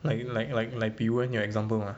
like like like like 比如有 example mah